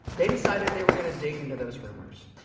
they decided they were going to dig into those rumors.